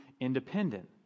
independent